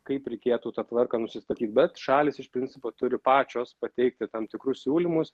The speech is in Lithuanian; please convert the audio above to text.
kaip reikėtų tą tvarką nusistatyt bet šalys iš principo turi pačios pateikti tam tikrus siūlymus